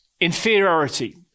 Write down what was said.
inferiority